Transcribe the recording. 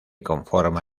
conforma